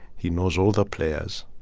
he knows all the players.